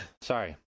Sorry